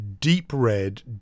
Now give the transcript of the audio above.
deep-red